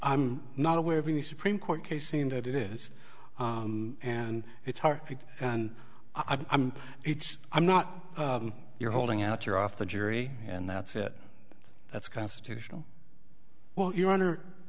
i'm not aware of any supreme court case in that it is and it's hard and i'm it's i'm not you're holding out you're off the jury and that's it that's constitutional well your honor